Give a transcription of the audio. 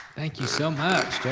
thank you so much terry!